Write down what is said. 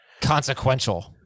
consequential